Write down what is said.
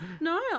No